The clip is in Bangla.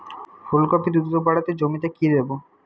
ফুলকপি দ্রুত বাড়াতে জমিতে কি দেবো?